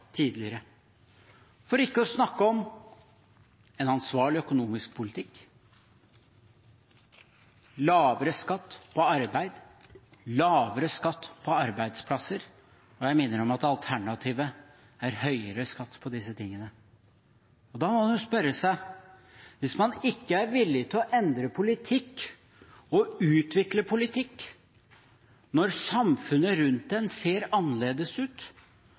tidligere. Og for ikke å snakke om en ansvarlig økonomisk politikk, med lavere skatt på arbeid, lavere skatt på arbeidsplasser. Jeg minner om at alternativet er høyere skatt på dette. Da må man spørre seg: Hvis man ikke er villig til å endre politikk og utvikle politikk når samfunnet rundt en ser annerledes ut,